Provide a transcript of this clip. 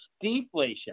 deflation